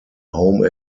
home